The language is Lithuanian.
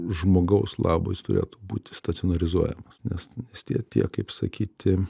žmogaus labui jis turėtų būti stacionarizuojamas nes vis tie tie kaip sakyti